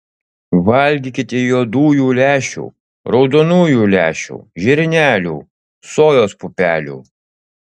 valgykite juodųjų lęšių raudonųjų lęšių žirnelių sojos pupelių